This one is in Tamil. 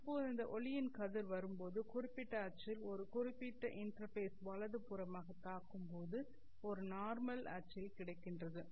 இப்போது இந்த ஒளியின் கதிர் வரும்போது குறிப்பிட்ட அச்சில் ஒரு குறிப்பிட்ட இன்டர்பேஸ் வலதுபுறமாகத் தாக்கும் போது ஒரு நார்மல் அச்சில் கிடைக்கின்றது